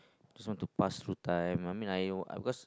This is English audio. just want to pass through time I mean I I because